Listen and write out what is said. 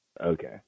okay